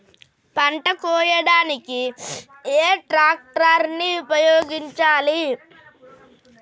పంట కోయడానికి ఏ ట్రాక్టర్ ని ఉపయోగించాలి?